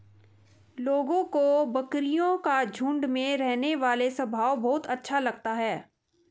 लोगों को बकरियों का झुंड में रहने वाला स्वभाव बहुत अच्छा लगता है